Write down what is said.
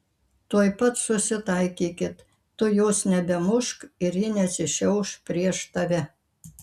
tuoj pat susitaikykit tu jos nebemušk ir ji nesišiauš prieš tave